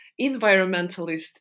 environmentalist